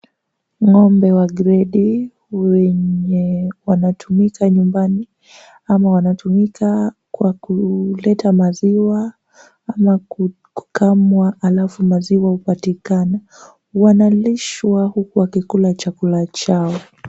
Ng'ombe wa gredi wenye wanatumika nyumbani ama wanatumika kwa kuleta maziwa ama kukamwa alafu maziwa kupatikana, wanalishwa huku wakikula chakula chao.